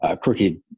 crooked